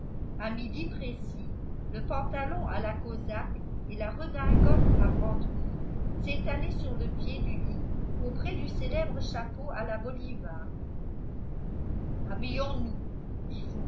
à midi précis le pantalon à la cosaque et la redingote à brandebourgs s'étalaient sur le pied du lit auprès du célèbre chapeau à la bolivar habillons-nous